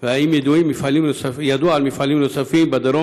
2. האם ידוע על מפעלים נוספים בדרום